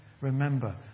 Remember